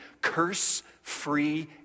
curse-free